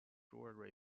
jewellery